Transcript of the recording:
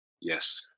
yes